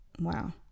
wow